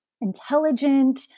intelligent